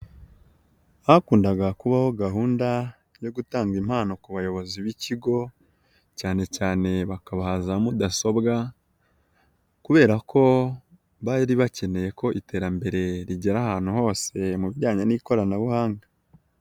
Hakundaga kubaho gahunda yo gutanga impano ku bayobozi b'ikigo, cyane cyane bakabaha za mudasobwa kubera ko bari bakeneye ko iterambere rigera ahantu hose mu bijyanye n'ikoranabuhanga.